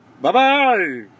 Bye-bye